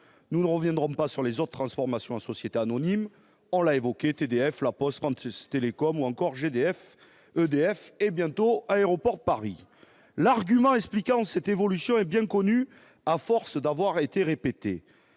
Je ne reviendrai pas sur les autres transformations en société anonyme que nous avons déjà évoquées : TDF, La Poste, France Télécom, ou encore GDF, EDF et, bientôt, Aéroports de Paris. L'argument expliquant cette évolution est bien connu, à force d'avoir été répété